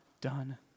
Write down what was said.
done